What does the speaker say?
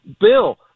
bill